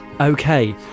Okay